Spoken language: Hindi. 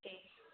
ठीक